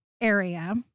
area